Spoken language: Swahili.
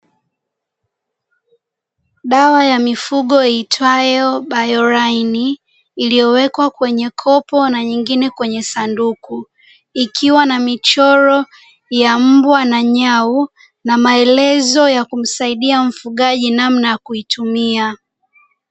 Dawa ya mifugo iitwayo Bioline, iliyowekwa kwenye kopo na nyingine kwenye sanduku. Ikiwa na michoro ya mbwa na nyau, na maelezo ya kumsaidia mfugaji namna ya kuitumia.